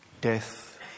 death